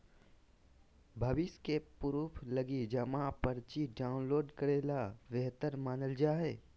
भविष्य के प्रूफ लगी जमा पर्ची डाउनलोड करे ल बेहतर मानल जा हय